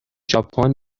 ژاپن